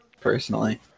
personally